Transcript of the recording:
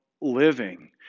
living